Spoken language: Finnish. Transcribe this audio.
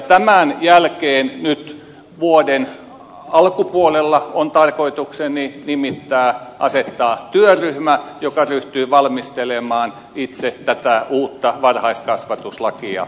tämän jälkeen nyt vuoden alkupuolella on tarkoituksenani asettaa työryhmä joka ryhtyy valmistelemaan itse tätä uutta varhaiskasvatuslakia